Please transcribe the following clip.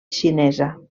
xinesa